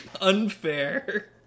Unfair